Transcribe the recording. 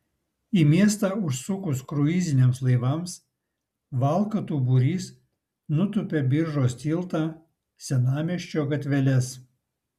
į miestą užsukus kruiziniams laivams valkatų būrys nutūpia biržos tiltą senamiesčio gatveles